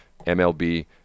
MLB